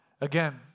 Again